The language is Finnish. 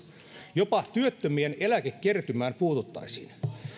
jopa työttömien eläkekertymään puututtaisiin